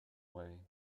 way